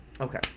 okay